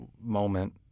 moment